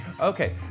Okay